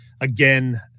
again